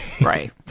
Right